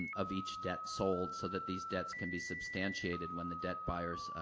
and of each debt sold, so that these debts can be substantiated when the debt buyers, ah,